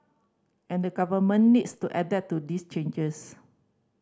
and the Government needs to adapt to these changes